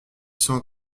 cent